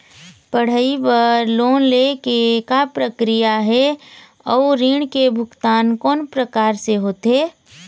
पढ़ई बर लोन ले के का प्रक्रिया हे, अउ ऋण के भुगतान कोन प्रकार से होथे?